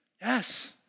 Yes